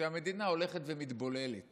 זה שהמדינה הולכת ומתבוללת